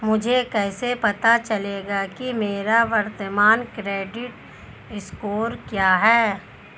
मुझे कैसे पता चलेगा कि मेरा वर्तमान क्रेडिट स्कोर क्या है?